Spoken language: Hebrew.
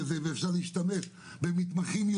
ואפשר להשתמש יותר במתמחים,